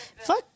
Fuck